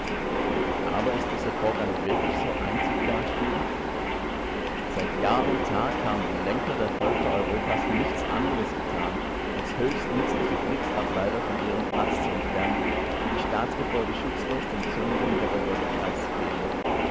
aber ist dieser vorgang wirklich so einzig dastehend seit jahr und tag haben die lenker der völker europas nichts anderes getan als höchst nützliche blitzableiter von ihrem platz zu entfernen und die staatsgebäude schutzlos dem zürnenden wettergotte preiszugeben